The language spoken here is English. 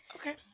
okay